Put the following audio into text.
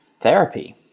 therapy